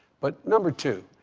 but number two,